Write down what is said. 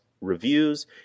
reviews